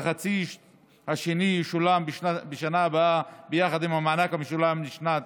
והחצי השני ישולם בשנה הבאה יחד עם המענק המשולם לשנת